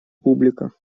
публика